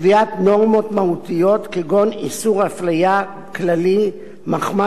כגון איסור הפליה כללי מחמת מגדר או נטייה מינית.